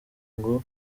ngo